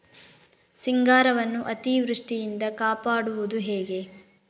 ಸಿಂಗಾರವನ್ನು ಅತೀವೃಷ್ಟಿಯಿಂದ ಕಾಪಾಡುವುದು ಹೇಗೆ?